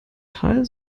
teil